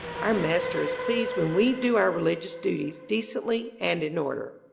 our master is pleased when we do our religious duties decently and in order.